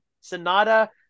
Sonata